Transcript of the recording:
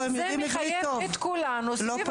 הם יודעים עברית טוב, לא פה ושם.